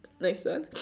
next ah